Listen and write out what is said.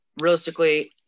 Realistically